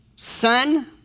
Son